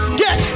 get